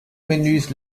menüs